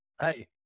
hey